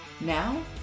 Now